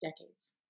decades